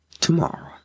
tomorrow